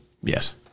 Yes